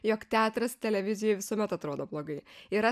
jog teatras televizijoj visuomet atrodo blogai yra